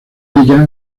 ella